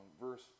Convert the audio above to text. verse